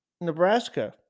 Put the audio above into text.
Nebraska